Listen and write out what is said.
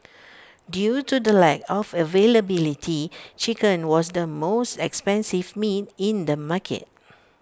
due to the lack of availability chicken was the most expensive meat in the market